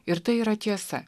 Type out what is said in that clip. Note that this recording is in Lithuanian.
ir tai yra tiesa